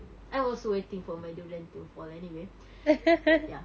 I also waiting for my durian to fall anyway ya